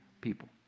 people